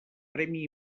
premi